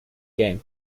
game